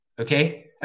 Okay